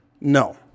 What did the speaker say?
No